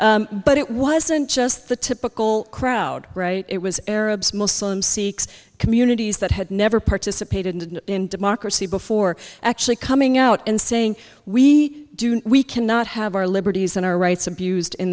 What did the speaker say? but it wasn't just the typical crowd right it was arabs muslims sikhs communities that had never participated in democracy before actually coming out and saying we do we cannot have our liberties and our rights abused in